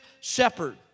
shepherd